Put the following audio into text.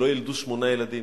שלא יֵלדו שמונה ילדים.